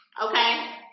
Okay